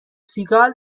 سیگال